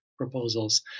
proposals